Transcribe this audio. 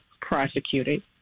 prosecuted